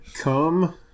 Come